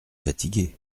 fatigué